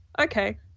okay